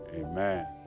amen